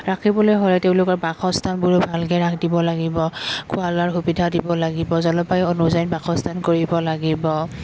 ৰাখিবলৈ হ'লে তেওঁলোকৰ বাসস্থানবোৰো ভালকৈ ৰাখ দিব লাগিব খোৱা লোৱাৰ সুবিধা দিব লাগিব জলবায়ু অনুযায়ী বাসস্থান কৰিব লাগিব